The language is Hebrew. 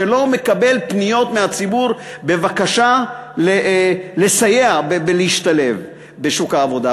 שלא מקבל פניות מהציבור בבקשה לסייע בהשתלבות בשוק העבודה.